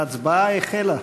ההצבעה החלה.